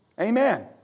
Amen